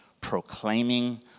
proclaiming